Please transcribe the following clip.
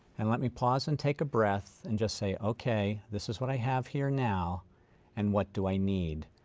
and let me pause and take a breath and just say okay this is what i have here now and what do i need?